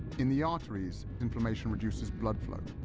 in the arteries, inflammation reduces blood flow.